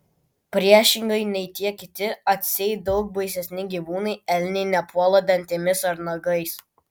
priešingai nei tie kiti atseit daug baisesni gyvūnai elniai nepuola dantimis ar nagais